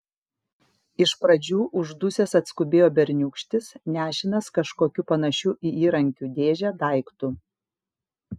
iš pradžių uždusęs atskubėjo berniūkštis nešinas kažkokiu panašiu į įrankių dėžę daiktu